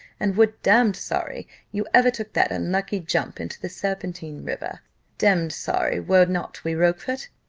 and were damned sorry you ever took that unlucky jump into the serpentine river damned sorry, were not we, rochfort?